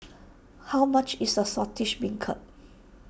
how much is Saltish Beancurd